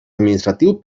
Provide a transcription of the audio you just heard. administratiu